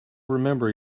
remember